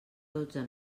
dotze